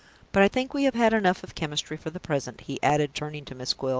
but i think we have had enough of chemistry for the present, he added, turning to miss gwilt.